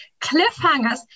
cliffhangers